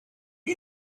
you